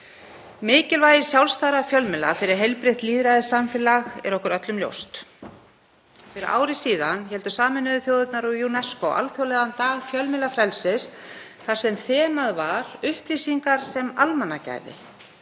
Mikilvægi sjálfstæðra fjölmiðla fyrir heilbrigt lýðræðissamfélag er okkur öllum ljóst. Fyrir ári héldu Sameinuðu þjóðirnar og UNESCO alþjóðlegan dag fjölmiðlafrelsis þar sem þemað var upplýsingar sem almannagæði.